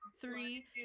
three